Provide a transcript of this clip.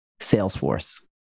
Salesforce